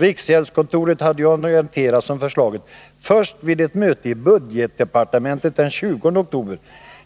Riksgäldskontoret hade orienterats om förslaget först vid ett möte i budgetdepartementet den 20 oktober,